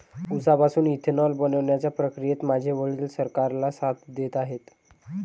उसापासून इथेनॉल बनवण्याच्या प्रक्रियेत माझे वडील सरकारला साथ देत आहेत